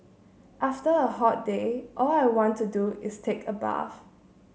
after a hot day all I want to do is take a bath